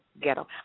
ghetto